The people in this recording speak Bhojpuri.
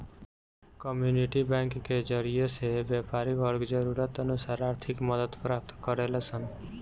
कम्युनिटी बैंक के जरिए से व्यापारी वर्ग जरूरत अनुसार आर्थिक मदद प्राप्त करेलन सन